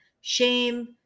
shame